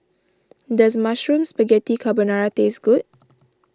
does Mushroom Spaghetti Carbonara taste good